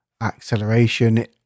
acceleration